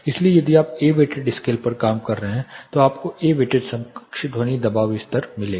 इसलिए यदि आप ए वेटेड स्केल पर काम कर रहे हैं तो आपको ए वेटेड समकक्ष ध्वनि दबाव स्तर मिलेगा